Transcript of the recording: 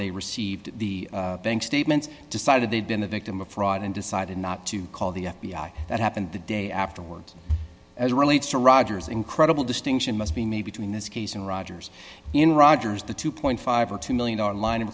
they received the bank statements decided they'd been the victim of fraud and decided not to call the f b i that happened the day afterwards as it relates to rogers incredible distinction must be made between this case and rogers in rogers the two point five or two million or line